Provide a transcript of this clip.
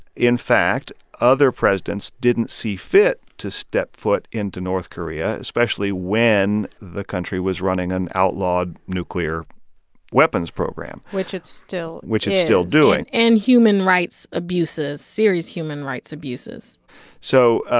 in fact, other presidents didn't see fit to step foot into north korea, especially when the country was running an outlawed nuclear weapons program. which it still is. which it's still doing and human rights abuses serious human rights abuses so,